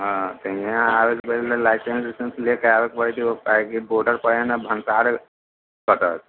हँ तऽ इहाँ आबैसँ पहिले लाइसेंस उसेंस लऽ कऽ आबय पड़ै छै ओ काहेकि बोर्डरपर हइ ने भनसार कटत